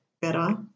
better